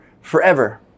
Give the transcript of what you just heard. forever